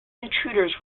intruders